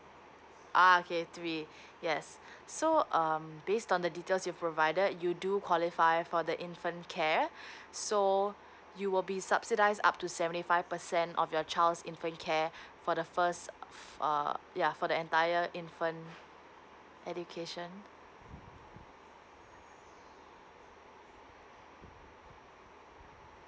uh okay three yes so um based on the details you provided you do qualify for the infant care so you will be subsidise up to seventy five percent of your child's infant care for the first err ya for the entire infant education